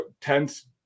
tense